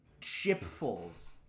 shipfuls